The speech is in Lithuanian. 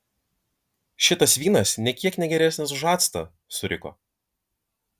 šitas vynas nė kiek ne geresnis už actą suriko